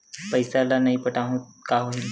पईसा ल नई पटाहूँ का होही?